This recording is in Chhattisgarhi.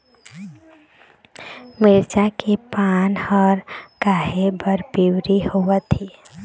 मिरचा के पान हर काहे बर पिवरी होवथे?